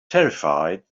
terrified